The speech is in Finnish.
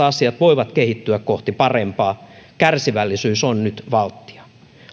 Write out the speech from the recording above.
asiat voivat kehittyä kohti parempaa kärsivällisyys on nyt valttia